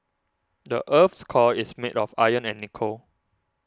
the earth's core is made of iron and nickel